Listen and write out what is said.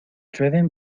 driven